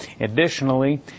Additionally